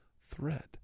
thread